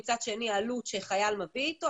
ומצד שני עלות שחייל מביא איתו,